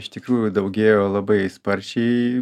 iš tikrųjų daugėjo labai sparčiai